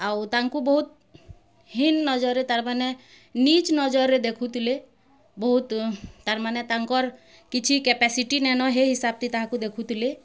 ଆଉ ତାଙ୍କୁ ବହୁତ୍ ହୀନ୍ ନଜରରେ ତାର୍ ମାନେ ନୀଚ୍ ନଜରରେ ଦେଖୁଥିଲେ ବହୁତ୍ ତାର୍ ମାନେ ତାଙ୍କର୍ କିଛି କେପାସିଟି ନାଇଁନ ହେ ହିସାବଥି ତାହାଙ୍କୁ ଦେଖୁଥିଲେ